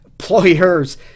Employers